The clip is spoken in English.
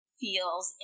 feels